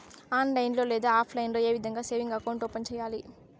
online లో లేదా offline లో ఏ విధంగా సేవింగ్ అకౌంట్ ఓపెన్ సేయాలి